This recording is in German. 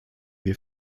wir